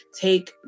take